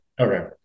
Okay